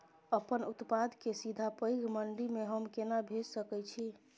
अपन उत्पाद के सीधा पैघ मंडी में हम केना भेज सकै छी?